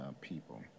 people